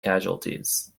casualties